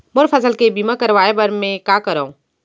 मोर फसल के बीमा करवाये बर में का करंव?